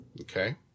okay